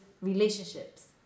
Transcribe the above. relationships